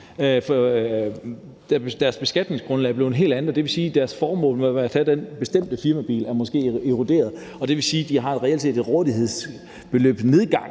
Deres beskatningsgrundlag er så blevet et helt andet, og det vil sige, at formålet med at have den bestemte firmabil måske er eroderet, og det vil sige, at de reelt set får en nedgang